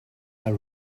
are